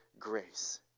grace